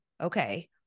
okay